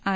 I